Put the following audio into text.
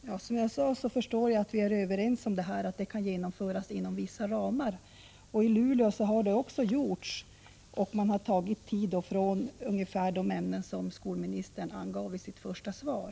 Herr talman! Som jag sade förstår jag att vi är överens om att en schemalagd skollunch kan genomföras inom vissa ramar. I Luleå har man också gjort det — man har då tagit tid från ungefär de ämnen som skolministern angav i sitt första svar.